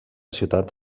ciutat